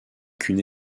qu’une